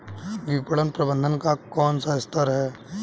विपणन प्रबंधन का कौन सा स्तर है?